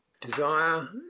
desire